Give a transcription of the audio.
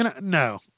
No